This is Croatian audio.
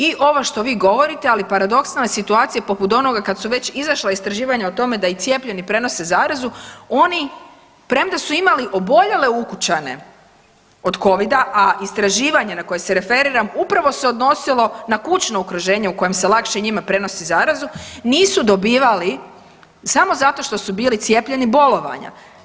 I ovo što vi govorite, ali paradoksna je situacija poput onoga kad su već izašla istraživanja o tome da i cijepljeni prenose zarazu oni premda su imali oboljele ukućane od Covida, a istraživanje na koje se referiram upravo se odnosilo na kućno okruženje u kojem se lakše njima prenosi zarazu nisu dobivali samo zato što su bili cijepljeni bolovanja.